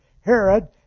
Herod